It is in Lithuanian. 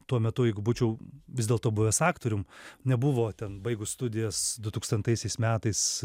tuo metu jeigu būčiau vis dėlto buvęs aktorium nebuvo ten baigus studijas du tūkstantaisiais metais